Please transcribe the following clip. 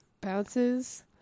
bounces